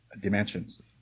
dimensions